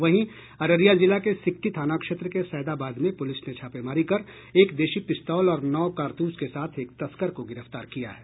वहीं अररिया जिला के सिकटी थाना क्षेत्र के सैदाबाद में पूलिस ने छापेमारी कर एक देशी पिस्तौल और नौ कारतूस के साथ एक तस्कर को गिरफ्तार किया है